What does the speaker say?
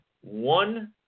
one